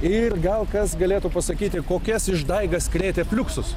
ir gal kas galėtų pasakyti kokias išdaigas krėtė fliuksus